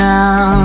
Now